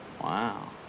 Wow